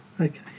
okay